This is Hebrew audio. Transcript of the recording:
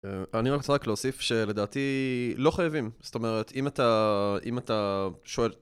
אני רק רוצה להוסיף שלדעתי לא חייבים זאת אומרת אם אתה אם אתה שואל